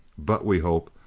but, we hope,